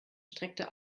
streckte